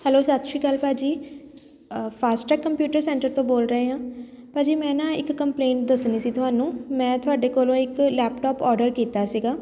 hello ਸਤਿ ਸ਼੍ਰੀ ਅਕਾਲ ਭਾਅ ਜੀ ਅ ਫਾਸਟ ਟਰੈਕ ਕੰਪਿਊਟਰ ਸੈਂਟਰ ਤੋਂ ਬੋਲ ਰਹੇ ਹਾਂ ਭਾਅ ਜੀ ਮੈਂ ਨਾ ਇੱਕ ਕੰਪਲੇਂਨ ਦੱਸਣੀ ਸੀ ਤੁਹਾਨੂੰ ਮੈਂ ਤੁਹਾਡੇ ਕੋਲੋਂ ਇੱਕ ਲੈਪਟੋਪ ਔਡਰ ਕੀਤਾ ਸੀਗਾ